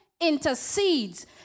intercedes